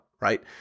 right